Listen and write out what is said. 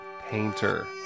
painter